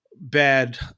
bad